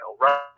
right